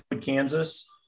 Kansas